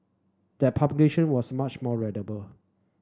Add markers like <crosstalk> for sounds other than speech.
that <unintelligible> was much more readable